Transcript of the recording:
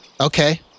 Okay